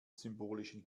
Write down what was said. symbolischen